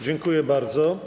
Dziękuję bardzo.